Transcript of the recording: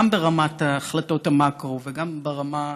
גם ברמת החלטות המקרו וגם ברמה הפרטנית,